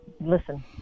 listen